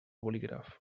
bolígraf